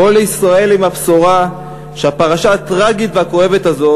בוא לישראל עם הבשורה שהפרשה הטרגית והכואבת הזאת